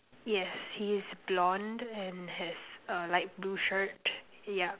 yes he is blonde and has a light blue shirt yup